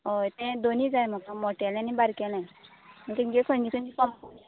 हय तें दोनी जाय म्हाका मोटेलें आनी बारकेले तुमगे खंयचे खंयचे कंपनी